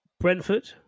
Brentford